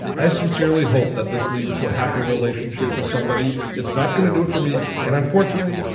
i sincerely hope that this leads to a happy relationship for somebody. it's not going to do it for me and unfortunately,